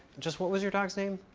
just, what was your dog's name?